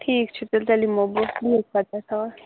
ٹھیٖک چھُ تیٚلہِ تیٚلہِ یِمہو بہٕ بِہو خۄدایَس حوال